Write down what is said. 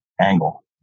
angle